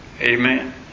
amen